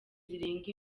zirenga